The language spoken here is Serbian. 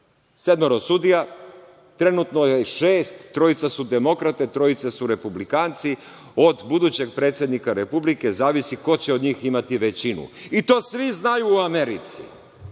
sedmoro sudija, trenutno je šest, trojica su demokrate, trojica su republikanci. Od budućeg predsednika republike zavisi ko će od njih imati većinu. I to svi znaju u Americi,